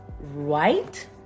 right